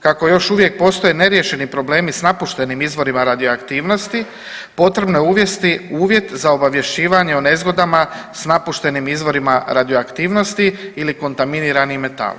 Kako još uvijek postoje neriješeni problemi s napuštenim izvorima radioaktivnosti potrebno je uvesti uvjet za obavješćivanje o nezgodama s napuštenim izvorima radioaktivnosti ili kontaminiranim metalom.